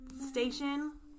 station